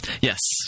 Yes